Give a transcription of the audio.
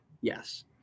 Yes